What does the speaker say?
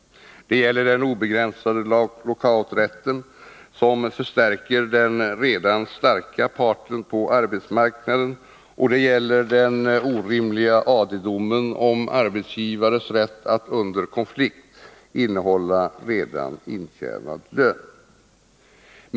Det gäller den obegränsade lockouträtten, som förstärker den redan starka parten på arbetsmarknaden, och det gäller den orimliga AD-domen om arbetsgivares rätt att under konflikt innehålla redan intjänad lön.